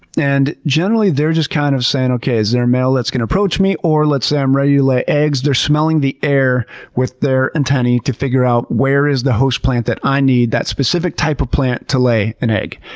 and generally, they're just kind of saying, okay, is there a male that's gonna approach me? or let's say i'm ready to lay eggs, they're smelling the air with their antennae to figure out where is the host plant that i need, that specific type of plant to lay an egg.